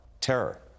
terror